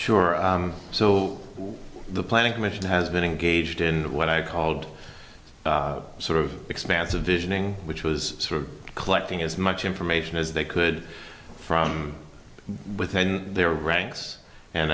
sure so the planning commission has been engaged in what i called sort of expansive visioning which was sort of collecting as much information as they could from within their ranks and